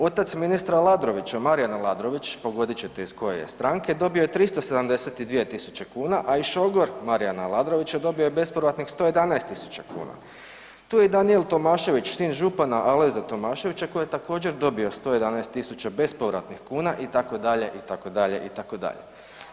Otac ministra Aladrovića, Marijan Aladrović, pogodit ćete iz koje je stranke dobio je 372.000 kuna, a i šogor Marijana Aladrovića dobio je bespovratnih 111.000 kuna, tu je i Danijel Tomašević sin župana Alojza Tomaševića koji je također dobio 111.000 bespovratnih kuna itd., itd., itd.